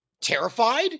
terrified